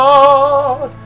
Lord